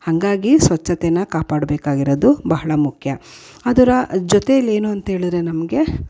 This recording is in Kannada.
ಹಾಗಾಗಿ ಸ್ವಚ್ಛತೇನ ಕಾಪಾಡ್ಬೇಕಾಗಿರೋದು ಬಹಳ ಮುಖ್ಯ ಅದರ ಜೊತೇಲಿ ಏನು ಅಂತ್ಹೇಳಿದ್ರೆ ನಮಗೆ